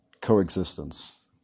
coexistence